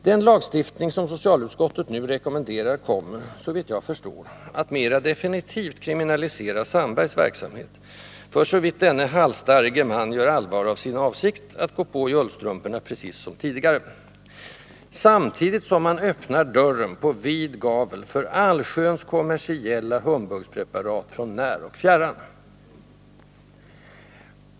Den lagstiftning, som socialutskottet nu rekommenderar, kommer — såvitt jag förstår — att mera definitivt kriminalisera Sandbergs verksamhet, för såvitt denne halsstarrige man gör allvar av sin avsikt att gå på i ullstrumporna precis som tidigare, samtidigt som man öppnar dörren på vid gavel för allsköns kommersiella humbugspreparat från när och fjärran.